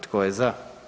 Tko je za?